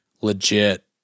legit